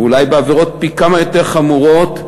ואולי בעבירות פי-כמה יותר חמורות,